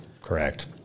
Correct